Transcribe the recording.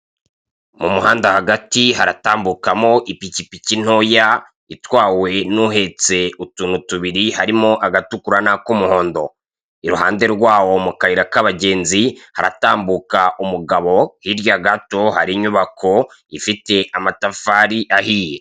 Mu muhanda hagati haratambukamo ipikipiki ntoya itwawe n'uhetse utuntu tubiri harimo agatukura n'ak'umuhondo, iruhande rwawo mu kayira k'abagenzi haratambuka umugabo hirya gato hari inyubako ifite amatafari ahiye.